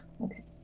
Okay